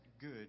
good